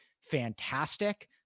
fantastic